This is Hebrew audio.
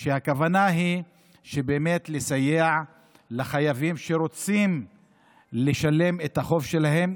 שהכוונה היא באמת לסייע לחייבים שרוצים לשלם את החוב שלהם